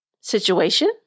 Situation